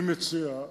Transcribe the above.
אני מציע,